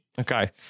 Okay